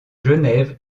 genève